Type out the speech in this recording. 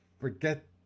forget